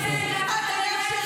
זכותך לא להגיע, אם את לא רוצה.